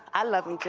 i love him, too.